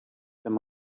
them